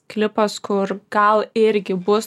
klipas kur gal irgi bus